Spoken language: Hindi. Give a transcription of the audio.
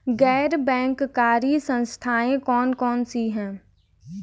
गैर बैंककारी संस्थाएँ कौन कौन सी हैं?